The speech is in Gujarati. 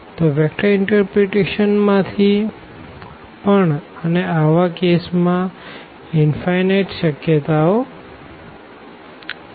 તો વેક્ટર ઇન્ટરપ્રીટેશન માં થી પણ અને આવા કેસ માં અનંત શક્યતાઓ હોઈ છે